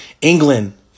England